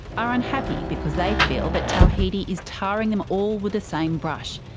are unhappy because they feel that tawhidi is tarring them all with the same brush,